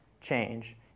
change